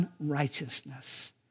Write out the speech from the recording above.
unrighteousness